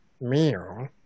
meal